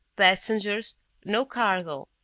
passengers no cargo.